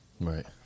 Right